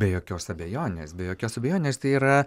be jokios abejonės be jokios abejonės tai yra